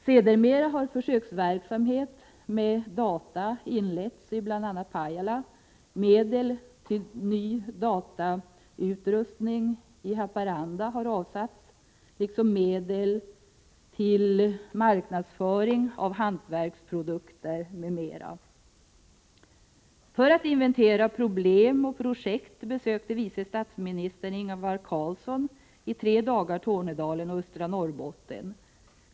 Sedermera har försöksverksamhet med data inletts i bl.a. Pajala, och medel till ny datautrustning i Haparanda har avsatts, liksom medel till marknadsföring av hantverksprodukter m.m. För att inventera problem och projekt besökte vice statsministern Ingvar Carlsson i tre dagar Tornedalen och östra Norrbotten.